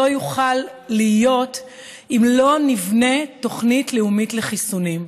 זה לא יוכל להיות אם לא נבנה תוכנית לאומית לחיסונים,